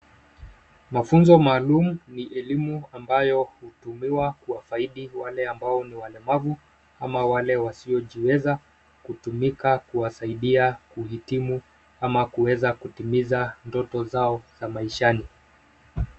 Mafunzo maalum ni elimu ambayo hutumiwa kuwafaidi wale ambao ni walemavu ama wale wasiojiweza kutumika kuwasaidia kuhitimu ama kuweza kutimiza ndoto zao za maishani.